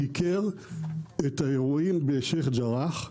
סיקר את האירועים בשייח' ג'ראח,